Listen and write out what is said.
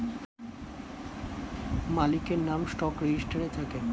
মালিকের নাম স্টক রেজিস্টারে থাকে